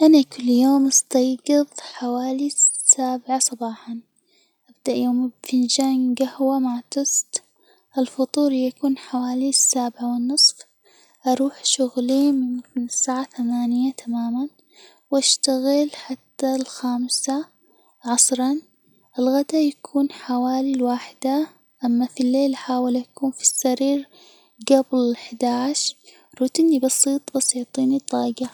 أنا كل يوم استيجظ حوالي سبعة صباحا، أبدأ يومي بفنجان جهوة مع توست، الفطور يكون حوالي السابعة والنصف، أروح شغلي من الساعة ثمانية تمامًا، وأشتغل حتى الخامسة عصرا، الغداء يكون حوالي الواحدة، أما في الليل أحاول يكون في السرير قبل أحدى عشر، روتيني بسيط بسيط